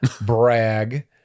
brag